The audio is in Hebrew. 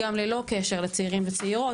גם ללא קשר לצעירים וצעירות,